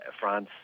France